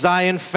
Zion